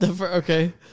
Okay